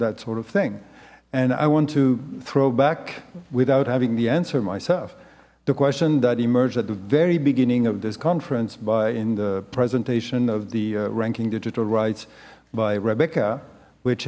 that sort of thing and i want to throw back without having the answer myself the question that emerged at the very beginning of this conference by in the presentation of the ranking digital rights by rebecca which